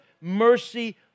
mercy